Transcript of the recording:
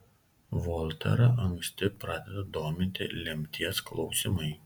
volterą anksti pradeda dominti lemties klausimai